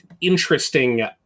interesting